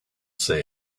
say